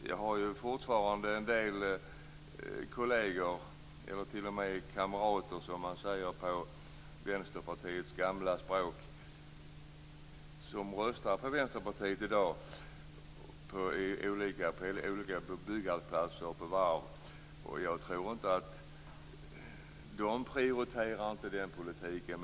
Jag har fortfarande en del kolleger på byggarbetsplatser och varv - eller kamrater, som man säger på Vänsterpartiets gamla språk - som röstar på Vänsterpartiet i dag. De prioriterar inte den politiken.